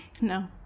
no